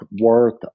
worth